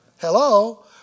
Hello